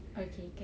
okay can